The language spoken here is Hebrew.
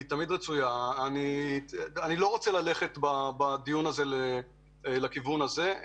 אני לא רוצה ללכת בדיון הזה לכיוון הזה,